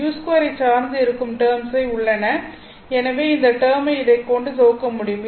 u2 ஐச் சார்ந்து இருக்கும் டேர்ம்ஸ் உள்ளன எனவே இந்த டெர்மை இதைக் கொண்டு தொகுக்க முடியும்